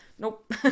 nope